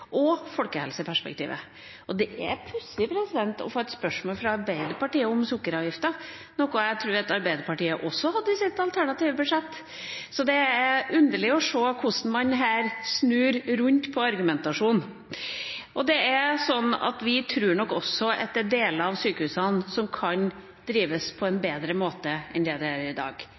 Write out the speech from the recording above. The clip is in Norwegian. og folkehelseperspektivet. Det er pussig å få et spørsmål fra Arbeiderpartiet om sukkeravgiften, som jeg tror at Arbeiderpartiet også hadde i sitt alternative budsjett, så det er underlig å se hvordan man her snur rundt på argumentasjonen. Vi tror nok også at det er deler av sykehusene som kan drives på en bedre måte enn i dag.